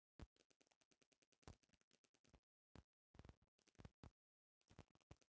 भला से मछली मारे खातिर निशाना बहुते बढ़िया रहे के चाही